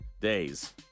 days